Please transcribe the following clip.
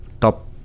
top